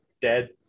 dead